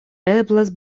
eblas